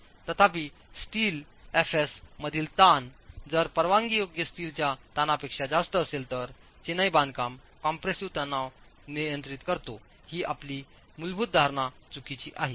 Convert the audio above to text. तथापि स्टीलएफएस मधीलताण जरपरवानगीयोग्यस्टीलच्याताणापेक्षाजास्त असेल तर चिनाई बांधकाम कम्प्रेसिव्ह तणाव नियंत्रित करतो ही आपली मूलभूत धारणा चुकीची आहे